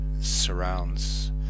surrounds